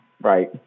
Right